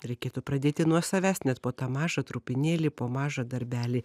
reikėtų pradėti nuo savęs net po tą mažą trupinėlį po mažą darbelį